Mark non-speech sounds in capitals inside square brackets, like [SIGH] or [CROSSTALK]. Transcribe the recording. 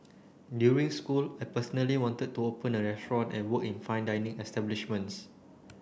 during school I personally wanted to open a [UNINTELLIGIBLE] and work in fine dining establishments